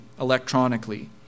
electronically